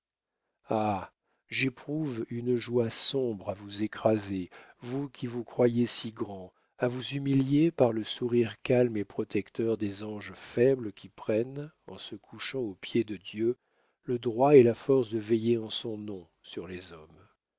ah j'éprouve une joie sombre à vous écraser vous qui vous croyez si grand à vous humilier par le sourire calme et protecteur des anges faibles qui prennent en se couchant aux pieds de dieu le droit et la force de veiller en son nom sur les hommes